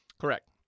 Correct